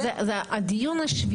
אדוני היושב ראש, זה הדיון השביעי,